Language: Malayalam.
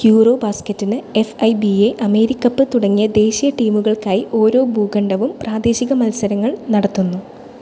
യൂറോ ബാസ്കറ്റിൽ F I B A AmeriCup തുടങ്ങിയ ദേശീയ ടീമുകൾക്കായി ഓരോ ഭൂഖണ്ഡവും പ്രാദേശിക മത്സരങ്ങൾ നടത്തുന്നു